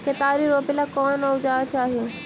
केतारी रोपेला कौन औजर चाही?